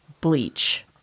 bleach